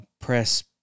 press